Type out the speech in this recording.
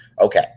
Okay